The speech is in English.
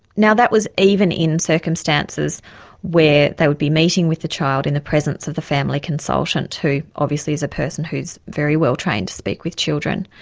now, that was even in circumstances where they would be meeting with the child in the presence of the family consultant, who obviously is a person who's very well trained to speak with children.